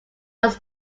was